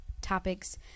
topics